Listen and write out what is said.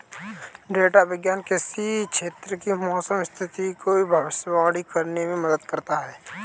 data विज्ञान किसी क्षेत्र की मौसम की स्थिति की भविष्यवाणी करने में मदद करता है